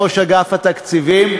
ראש אגף התקציבים,